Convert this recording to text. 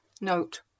Note